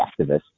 activists